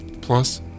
Plus